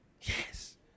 yes